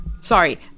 sorry